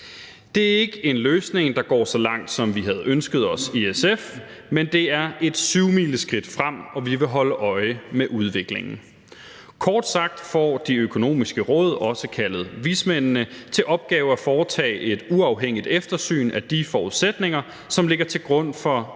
Det er ikke en løsning, der går så langt, som vi havde ønsket os i SF, men det er et syvmileskridt frem, og vi vil holde øje med udviklingen. Kort sagt får De Økonomiske Råd, også kaldet vismændene, til opgave at foretage et uafhængigt eftersyn af de forudsætninger, som ligger til grund for